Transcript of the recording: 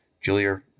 Julia